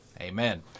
Amen